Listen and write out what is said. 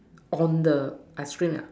on the ice cream ah